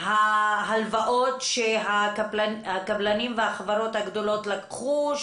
ההלוואות שהקבלנים והחברות הגדולות לקחו,